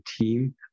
team